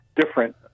different